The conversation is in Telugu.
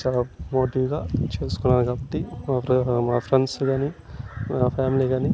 చాలా మోటివ్గా చూసుకున్నాను కాబట్టి మా ఫ్రెండ్స్ కానీ మా ఫ్యామిలీ కానీ